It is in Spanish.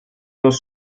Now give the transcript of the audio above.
los